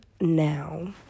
now